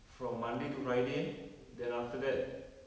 from monday to friday then after that